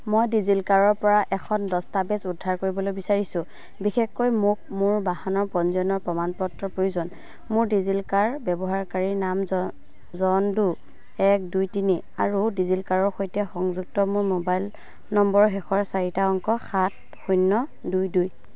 মই ডিজিলকাৰৰ পৰা এখন দস্তাবেজ উদ্ধাৰ কৰিবলৈ বিচাৰিছো বিশেষকৈ মোক মোৰ বাহনৰ পঞ্জীয়নৰ প্ৰমাণপত্ৰ প্ৰয়োজন মোৰ ডিজিলকাৰ ব্যৱহাৰকাৰী নাম জ জন ডো এক দুই তিনি আৰু ডিজিলকাৰৰ সৈতে সংযুক্ত মোৰ মোবাইল নম্বৰৰ শেষৰ চাৰিটা অংক সাত শূন্য দুই দুই